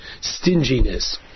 stinginess